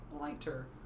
lighter